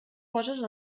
poses